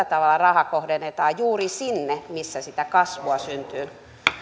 tavalla raha kohdennetaan juuri sinne missä sitä kasvua syntyy